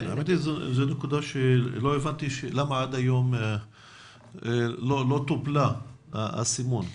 לא הבנתי למה עד היום לא טופל נושא הסימון.